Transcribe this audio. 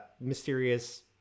mysterious